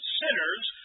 sinners